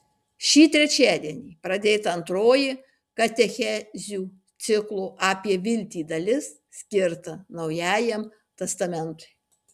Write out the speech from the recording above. šį trečiadienį pradėta antroji katechezių ciklo apie viltį dalis skirta naujajam testamentui